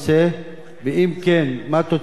2. אם כן, מה הן תוצאות החקירה?